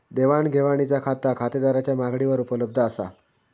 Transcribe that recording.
देवाण घेवाणीचा खाता खातेदाराच्या मागणीवर उपलब्ध असा